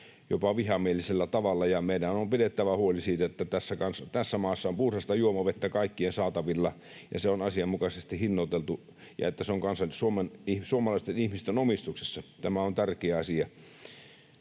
jopa vihamielisellä tavalla. Meidän on pidettävä huoli siitä, että tässä maassa on puhdasta juomavettä kaikkien saatavilla ja se on asianmukaisesti hinnoiteltu ja että se on suomalaisten ihmisten omistuksessa. Tämä on tärkeä asia.